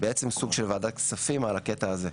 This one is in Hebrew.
בעצם סוג של ועדת כספים על הקטע הזה.